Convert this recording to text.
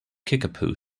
kickapoo